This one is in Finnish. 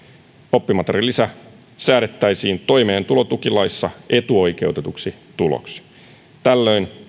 oppimateriaalilisä säädettäisiin toimeentulotukilaissa etuoikeutetuksi tuloksi tällöin